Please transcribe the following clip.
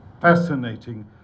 fascinating